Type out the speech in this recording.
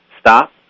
stop